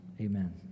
Amen